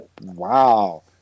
Wow